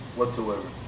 whatsoever